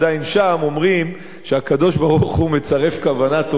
אומרים שהקדוש-ברוך-הוא מצרף כוונה טובה למעשה.